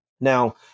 Now